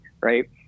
right